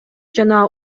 жана